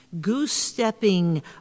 goose-stepping